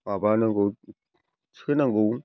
माबा नांगौ सोनांगौ